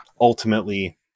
ultimately